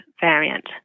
variant